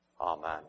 Amen